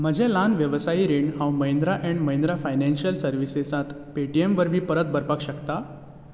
म्हजें ल्हान वेवसायी रीण हांव महिंद्रा अँड महिंद्रा फायनान्शियल सर्विसिसाक पेटीएम वरवीं परत भरपाक शकतां